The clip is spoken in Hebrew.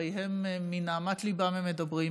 הרי מנהמת ליבם הם מדברים,